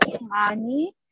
money